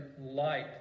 light